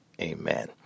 amen